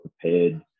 prepared